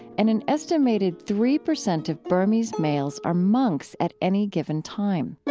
and an estimated three percent of burmese males are monks at any given time